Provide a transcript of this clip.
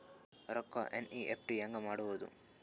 ರೊಕ್ಕ ಎನ್.ಇ.ಎಫ್.ಟಿ ಹ್ಯಾಂಗ್ ಮಾಡುವುದು?